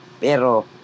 pero